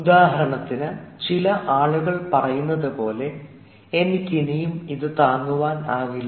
ഉദാഹരണത്തിന് ചില ആളുകൾ പറയുന്നതുപോലെ എനിക്കിനിയും ഇത് താങ്ങുവാൻ ആകില്ല